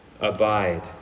Abide